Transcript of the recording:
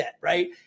right